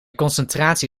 concentratie